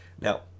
Now